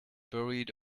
buried